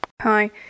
Hi